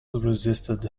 resisted